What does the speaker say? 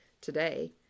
today